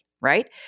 right